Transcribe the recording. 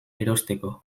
erosteko